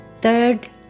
third